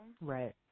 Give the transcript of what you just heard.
Right